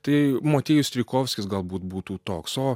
tai motiejus strijkovskis galbūt būtų toks o